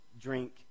drink